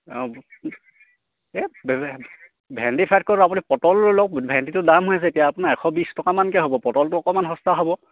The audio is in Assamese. অঁ এই ভেন্দি ফ্ৰাইডকৈ আপুনি পটল লৈ লওক ভেন্দিটো দাম হৈছে এতিয়া আপোনাৰ এশ বিছ টকানকৈ হ'ব পটলটো অকণমান সস্তা হ'ব